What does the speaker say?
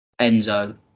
Enzo